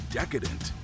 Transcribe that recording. decadent